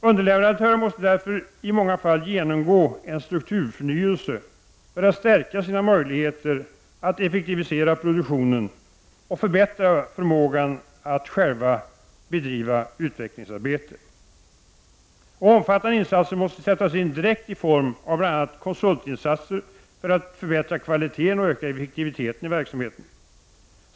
Underleverantörerna måste därför i många fall genomgå en strukturförnyelse för att stärka sina möjligheter att effektivisera produktionen och förbättra förmågan att själva bedriva utvecklingsarbete. Omfattande insatser måste sättas in direkt i form av bl.a. konsultinsatser för att förbättra kvaliteten och öka effektiviteten i verksamheten.